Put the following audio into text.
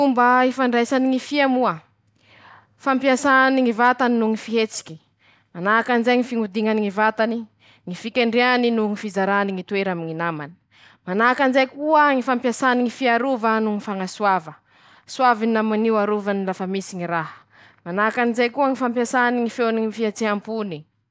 Fomba aaa ifandraisany ñy fia moa: - Fampiasany ñy vatany noho ñy fihetsiky.- manahaky anizay ñy fihodiñany ñy vatany.- ñy fikendriany noho fizarany ñy toera aminy ñy namany. -manaky anizay koa ñy fampiasany ñy fiaraova noho ñy fagnasoava; soaviny namany io, arovany lafa misy ñy raha. -manahaky anizay koa ñy fampiasany ñy feony fihetseham-pony.